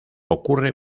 ocurre